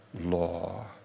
law